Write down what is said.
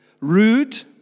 rude